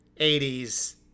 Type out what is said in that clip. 80s